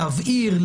להבהיר,